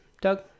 Doug